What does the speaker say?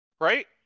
Right